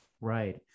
Right